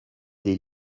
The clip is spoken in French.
des